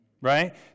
right